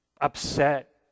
upset